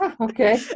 okay